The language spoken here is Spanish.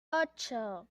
ocho